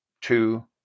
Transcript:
two